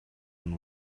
and